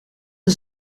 een